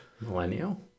Millennial